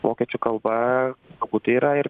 vokiečių kalba galbūt tai yra ir